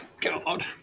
god